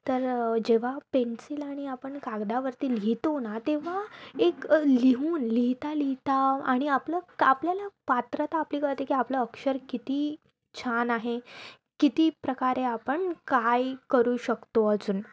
तर जेव्हा पेन्सिल आणि आपण कागदावरती लिहितो ना तेव्हा एक लिहून लिहिता लिहिता आणि आपलं आपल्याला पात्रता आपली कळते की आपलं अक्षर किती छान आहे किती प्रकारे आपण काय करू शकतो अजून